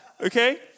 Okay